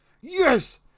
Yes